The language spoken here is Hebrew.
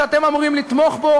שאתם אמורים לתמוך בו,